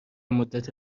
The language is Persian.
مدت